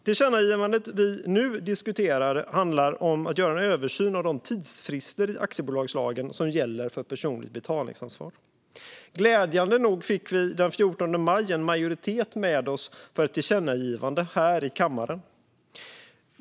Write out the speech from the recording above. Tillkännagivandet vi nu diskuterar handlar om att göra en översyn av de tidsfrister i aktiebolagslagen som gäller för personligt betalningsansvar. Glädjande nog fick vi den 14 maj en majoritet med oss för ett tillkännagivande här i kammaren.